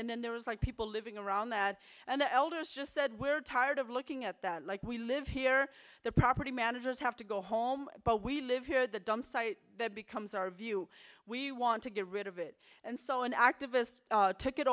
and then there was like people living around that and the elders just said we're tired of looking at that like we live here the property managers have to go home but we live here the dumpsite that becomes our view we want to get rid of it and so an activist took it